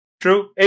True